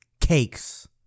Cakes